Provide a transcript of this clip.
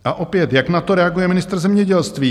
A opět, jak na to reaguje ministr zemědělství?